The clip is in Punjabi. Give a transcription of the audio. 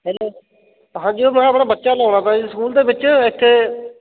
ਹੈਲੋ ਹਾਂਜੀ ਉਹ ਮੈਂ ਆਪਣਾ ਬੱਚਾ ਲਾਉਣਾ ਤਾ ਜੀ ਸਕੂਲ ਦੇ ਵਿੱਚ ਇੱਥੇ